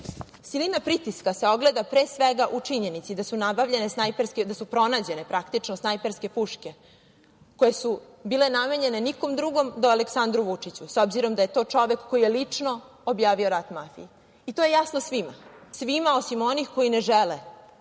Silina pritiska se ogleda pre svega u činjenici da su pronađene snajperske puške, koje su bile namenjene nikom drugom do Aleksandru Vučiću, s obzirom da je to čovek koji je lično objavio rat mafiji. To je jasno svima, svima osim onih koji ne žele